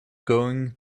going